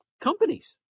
companies